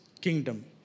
kingdom